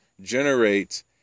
generate